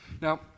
Now